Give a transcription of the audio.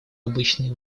обычные